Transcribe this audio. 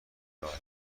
راحتی